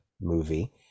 movie